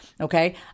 Okay